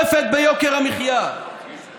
חבר הכנסת בן גביר, תודה.